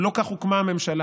אבל לא כך הוקמה הממשלה.